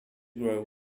grow